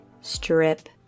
strip